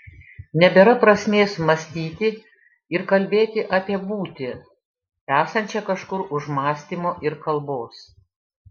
nebėra prasmės mąstyti ir kalbėti apie būtį esančią kažkur už mąstymo ir kalbos